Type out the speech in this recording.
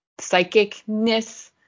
psychicness